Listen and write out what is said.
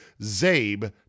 ZABE